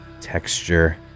texture